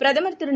பிரதமர் திரு